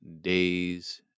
days